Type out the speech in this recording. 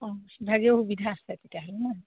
অঁ সেইভাগেও সুবিধা আছে তেতিয়াহ'লে নহ্